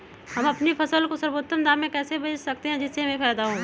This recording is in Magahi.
हम अपनी फसल को सर्वोत्तम दाम में कैसे बेच सकते हैं जिससे हमें फायदा हो?